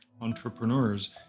entrepreneurs